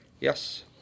Yes